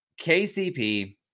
KCP